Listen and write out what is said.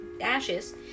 ashes